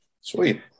Sweet